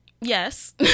yes